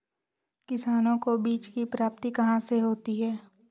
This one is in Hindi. किसानों को बीज की प्राप्ति कहाँ से होती है?